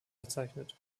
bezeichnet